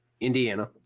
Indiana